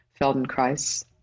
Feldenkrais